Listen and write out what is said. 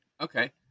Okay